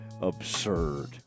absurd